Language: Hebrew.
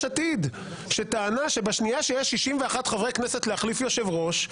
עתיד שטענה שבשנייה שיש 61 חברי כנסת להחליף יושב-ראש,